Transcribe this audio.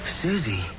Susie